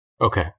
Okay